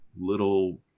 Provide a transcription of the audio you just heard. little